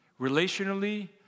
relationally